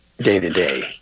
day-to-day